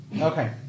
Okay